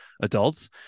adults